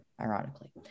ironically